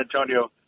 Antonio